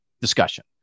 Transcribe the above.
discussion